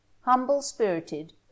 humble-spirited